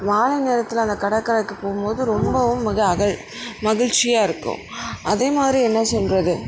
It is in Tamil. மாலை நேரத்தில் அந்த கடற்கரைக்கு போம் போது ரொம்பவும் மிக அக மகிழ்ச்சியா இருக்கும் அதே மாதிரி என்ன சொல்லுறது